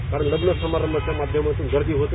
कारण लग्न समारंभाच्या माध्यमातून गर्दी होते